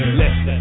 listen